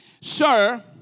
sir